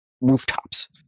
rooftops